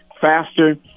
faster